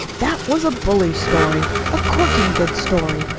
that was a bully story a corking good story.